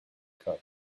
cup